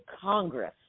Congress